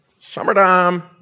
summertime